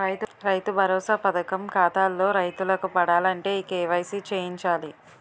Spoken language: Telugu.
రైతు భరోసా పథకం ఖాతాల్లో రైతులకు పడాలంటే ఈ కేవైసీ చేయించాలి